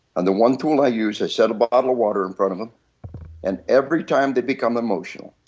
and the one tool i used, i set a bottle of water in front of them and every time they become emotional,